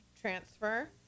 transfer